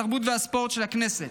התרבות והספורט של הכנסת.